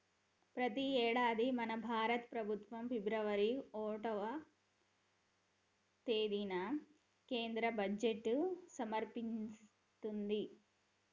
ప్రతి యేడాది మన భారత ప్రభుత్వం ఫిబ్రవరి ఓటవ తేదిన కేంద్ర బడ్జెట్ సమర్పిత్తది